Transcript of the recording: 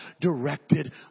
directed